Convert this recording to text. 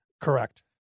Correct